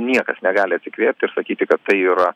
niekas negali atsikvėpti ir sakyti kad tai yra